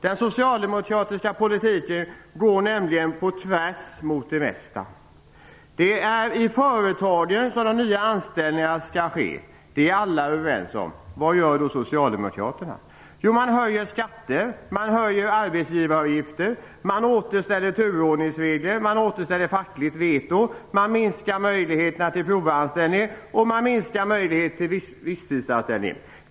Den socialdemokratiska politiken går nämligen på tvärs mot det mesta. Det är i företagen som de nya anställningarna skall ske. Det är alla överens om. Vad gör då Socialdemokraterna? Jo, man höjer skatter och arbetsgivaravgifter, återställer turordningsregler och fackligt veto och minskar möjligheterna till provanställning och visstidsanställning.